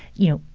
you know,